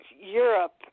Europe